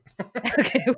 Okay